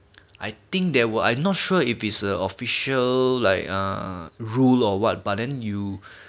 I think there were I not sure is it a official like uh rule or what but then you